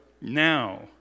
Now